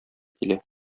килә